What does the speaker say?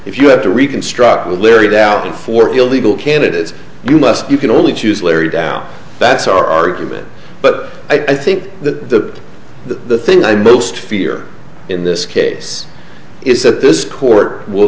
if you have to reconstruct with larry doubting for illegal candidates you must you can only choose larry down that's our argument but i think that the thing i most fear in this case is that this court will